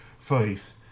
faith